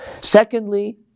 Secondly